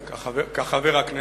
כן, כחבר הכנסת.